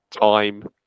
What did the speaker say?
time